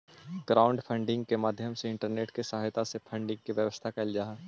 crowdfunding के माध्यम से इंटरनेट के सहायता से फंडिंग के व्यवस्था कैल जा हई